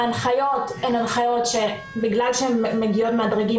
ההנחיות הן הנחיות שבגלל שהן מגיעות מהדרגים